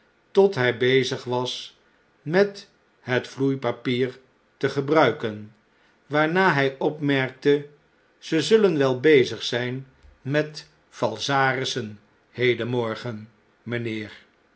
tot hjj bezig was met het vloeipapier te gebruiken waarna hij opmerkte ze zullen wel bezig ztjn met falsarissen hedenmorgen mjjnheer